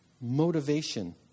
motivation